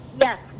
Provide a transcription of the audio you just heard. yes